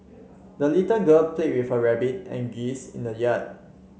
the little girl play with her rabbit and geese in the yard